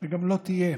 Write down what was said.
וגם לא תהיה.